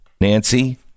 Nancy